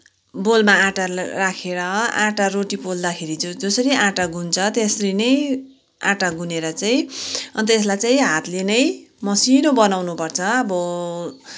बोलमा आँटा राखेर आँटा रोटी पोल्दाखेरि जसरी आँटा गुन्छ त्यसरी नै आँटा गुनेर चाहिँ अन्त यसलाई चाहिँ हातले नै मसिनो बनाउनुपर्छ अब